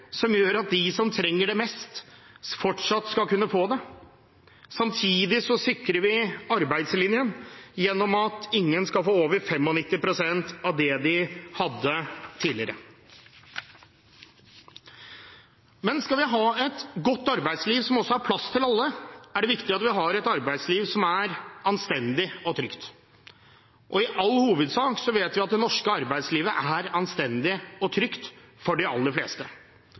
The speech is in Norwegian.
som gjør at de som trenger det mest, fortsatt skal kunne få det. Samtidig sikrer vi arbeidslinjen gjennom at ingen skal få over 95 pst. av det de hadde tidligere. Men skal vi ha et godt arbeidsliv, som også har plass til alle, er det viktig at vi har et arbeidsliv som er anstendig og trygt. Vi vet at det norske arbeidslivet i all hovedsak er anstendig og trygt for de aller fleste.